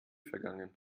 vergangen